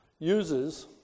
Uses